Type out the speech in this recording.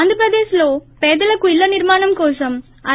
ఆంధ్రప్రదేశ్ లో పేదలకు ఇళ్ళ నిర్మాణం కోసం రూ